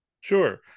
Sure